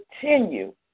continue